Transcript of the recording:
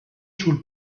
sul